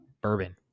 bourbon